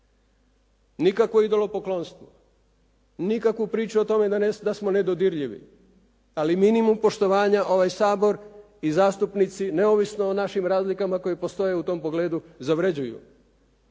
Nikakvo idolopoklonstvo, nikakvu priču o tome da smo nedodirljivi, ali minimum poštovanja ovaj Sabor i zastupnici, neovisno o našim razlikama koje postoje u tom pogledu, zavređuju.